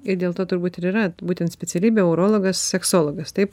ir dėl to turbūt ir yra būtent specialybė urologas seksologas taip